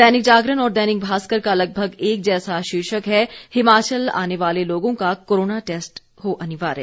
दैनिक जागरण और दैनिक भास्कर का लगभग एक जैसा शीर्षक है हिमाचल आने वाले लोगों का कोरोना टैस्ट हो अनिवार्य